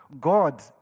God